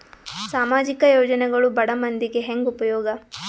ಸಾಮಾಜಿಕ ಯೋಜನೆಗಳು ಬಡ ಮಂದಿಗೆ ಹೆಂಗ್ ಉಪಯೋಗ?